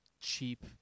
cheap